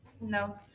No